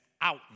out